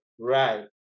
right